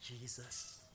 Jesus